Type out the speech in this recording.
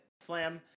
Flam